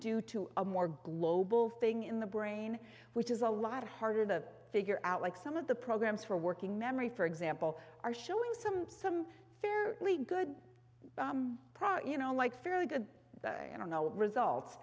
due to a more global thing in the brain which is a lot harder to figure out like some of the programs for working memory for example are showing some some fairly good profit you know like fairly good i don't know what results